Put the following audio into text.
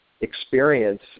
experience